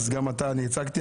אני הצגתי,